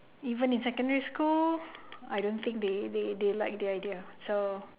even in secondary school I don't think they they they like the idea so